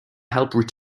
help